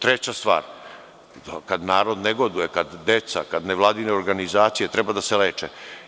Treća stvar, kada narod negoduje, kada deca, vladine organizacije treba da se leče.